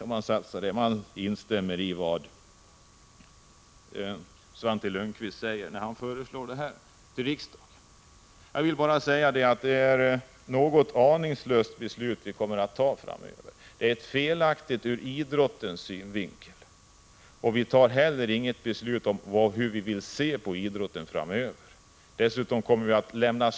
Man instämmer i Svante Lundkvists skrivning i propositionen. Jag vill då bara säga att det är ett aningslöst beslut som vi strax kommer att fatta. Det är felaktigt ur idrottens synvinkel. Dessutom kommer inte beslutet att säga någonting om hur vi framöver vill se på idrotten.